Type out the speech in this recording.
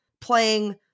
playing